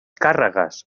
càrregues